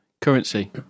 currency